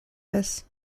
this